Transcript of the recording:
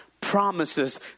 promises